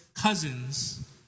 cousins